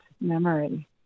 memory